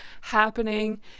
happening